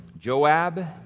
Joab